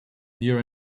near